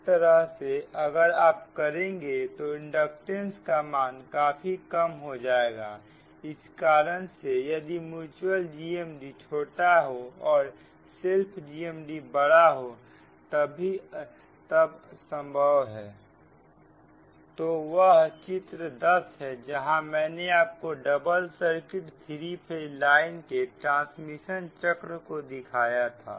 इस तरह अगर आप करेंगे तो इंडक्टेंस का मान काफी कम हो जाएगा इसी कारण से यदि म्यूच्यूअल GMD छोटा हो और सेल्फ GMD बड़ा हो तभी संभव है तो वह चित्र 10 जहां मैंने आपको डबल सर्किट 3 फेज लाइन के ट्रांसमिशन चक्र को दिखाया था